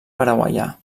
paraguaià